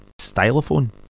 stylophone